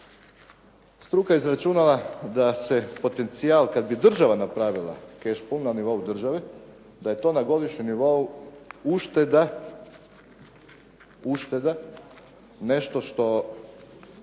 Struka je izračunala da se potencijal kada bi država napravila "kešpu" na nivou države, da je to na godišnjem nivou ušteda nešto što,